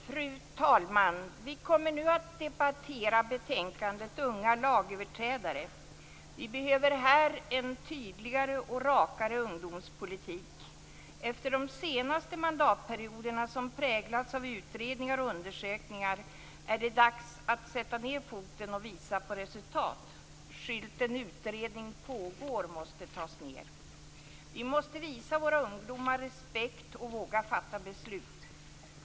Fru talman! Vi kommer nu att debattera betänkandet Unga lagöverträdare. Vi behöver här en tydligare och rakare ungdomspolitik. Efter de senaste mandatperioderna, som präglats av utredningar och undersökningar, är det dags att sätta ned foten och visa på resultat. Skylten "Utredning pågår" måste tas ned. Vi måste visa våra ungdomar respekt och våga fatta beslut.